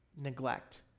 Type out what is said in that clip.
neglect